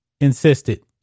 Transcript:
insisted